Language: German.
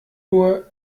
nur